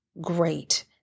great